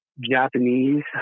Japanese